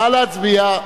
נא להצביע.